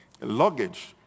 luggage